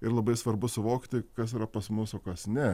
ir labai svarbu suvokti kas yra pas mus o kas ne